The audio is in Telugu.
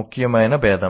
ముఖ్యమైన భేదం